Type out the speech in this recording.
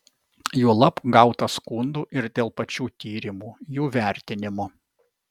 juolab gauta skundų ir dėl pačių tyrimų jų vertinimo